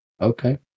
Okay